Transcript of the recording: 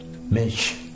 Mitch